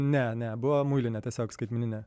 ne ne buvo muilinė tiesiog skaitmeninė